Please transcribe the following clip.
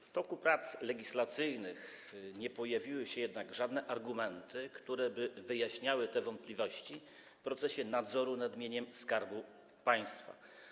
W toku prac legislacyjnych nie pojawiły się jednak żadne argumenty, które by wyjaśniały wątpliwości odnośnie do procesu nadzoru nad mieniem Skarbu Państwa.